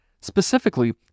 Specifically